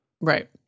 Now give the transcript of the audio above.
right